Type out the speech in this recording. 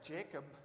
Jacob